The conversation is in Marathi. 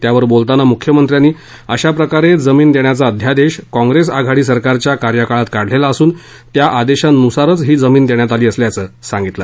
त्यावर बोलताना मुख्यमंत्र्यांनी अशा प्रकारे जमीन देण्याचा अध्यादेश काँग्रेस आघाडी सरकारच्या कार्यकाळात काढलेला असून त्या आदेशानुसारच ही जमीन देण्यात आली असल्याचं सांगितलं